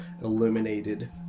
illuminated